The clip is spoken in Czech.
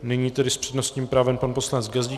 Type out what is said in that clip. Nyní tedy s přednostním právem pan poslanec Gazdík.